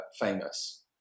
famous